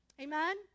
Amen